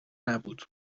نبود